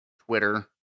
Twitter